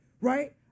right